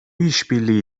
işbirliği